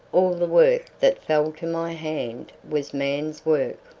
all the work that fell to my hand was man's work.